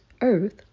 earth